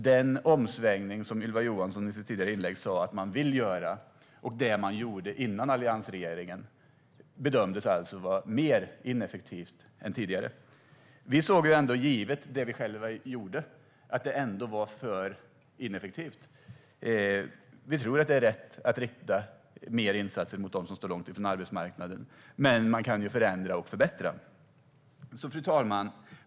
Den omsvängning som Ylva Johansson i sitt tidigare inlägg sa att man vill göra, och det man gjorde före alliansregeringen, bedömdes vara mer ineffektivt än tidigare. Givet det vi själva gjorde såg vi ändå att det var för ineffektivt. Vi tror att det är rätt att rikta mer insatser mot dem som står långt från arbetsmarknaden. Men man kan förändra och förbättra. Fru talman!